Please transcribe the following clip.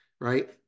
right